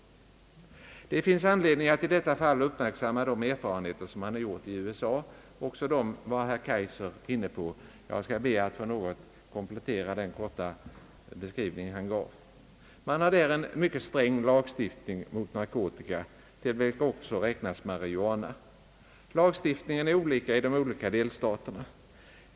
Det finns anledning att i detta fall uppmärksamma de erfarenheter som man gjort i USA. Även den saken var herr Kaijser inne på. Jag skall be att få komplettera den korta beskrivning han gav. Man har i USA en mycket sträng lagstiftning mot narkotika, till vilka också räknas marijuana. Lagstiftningen är olika i de olika delstaterna.